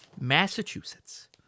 Massachusetts